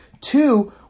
Two